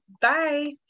Bye